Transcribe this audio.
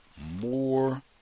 more